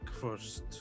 first